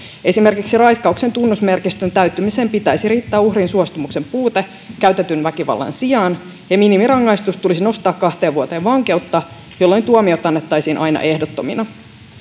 esimerkiksi raiskauksen tunnusmerkistön täyttymiseen pitäisi riittää uhrin suostumuksen puute käytetyn väkivallan sijaan minimirangaistus tulisi nostaa kahteen vuoteen vankeutta jolloin tuomiot annettaisiin aina ehdottomina